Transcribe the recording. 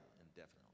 indefinitely